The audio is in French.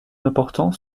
importants